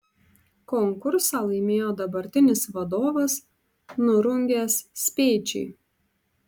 konkursą laimėjo dabartinis vadovas nurungęs speičį